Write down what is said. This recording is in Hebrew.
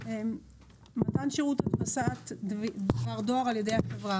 "מתן שירות הדפסת דבר דואר על ידי החברה